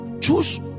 Choose